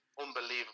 unbelievable